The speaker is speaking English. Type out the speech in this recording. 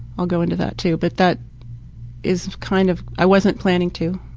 i'll go into that too but that is kind of, i wasn't planning to.